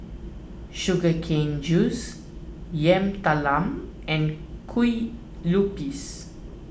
Sugar Cane Juice Yam Talam and Kue Lupis